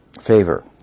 favor